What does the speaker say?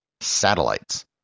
Satellites